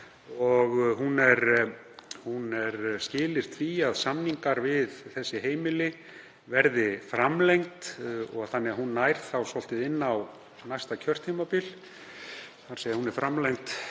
er skilyrt því að samningar við þessi heimili verði framlengdir þannig að hún nær þá svolítið inn á næsta kjörtímabil. Það á að framlengja